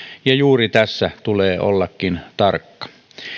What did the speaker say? ja juuri tässä tulee ollakin tarkka